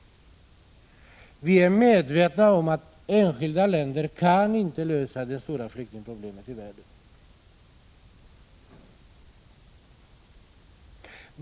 Vi är medvetna om att enskilda länder inte kan lösa det stora flyktingproblemet i världen.